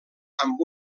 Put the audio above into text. amb